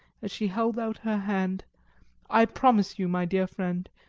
as she held out her hand i promise you, my dear friend,